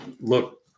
look